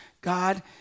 God